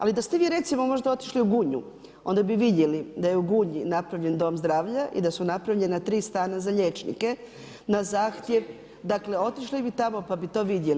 Ali, da ste vi recimo, možda otišli u Gunju, onda bi vidjeli, da je u Gunji napravljen dom zdravlja i da su napravljena 3 stana za liječnike, na zahtjev, dakle, otišli bi tamo pa bi to vidjeli.